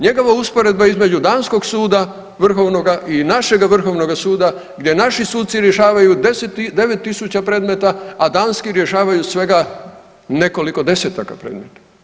Njegova usporedba između danskog suda vrhovnoga i našega Vrhovnoga suda gdje naši suci rješavaju 9.000 predmeta, a danski rješavaju svega nekoliko desetaka predmeta.